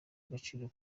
agaciro